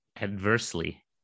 Adversely